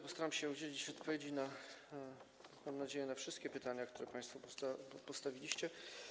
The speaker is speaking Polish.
Postaram się udzielić odpowiedzi, mam nadzieję, na wszystkie pytania, które państwo postawiliście.